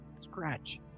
Scratch